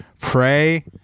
pray